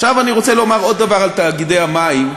עכשיו אני רוצה לומר עוד דבר על תאגידי המים.